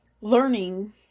learning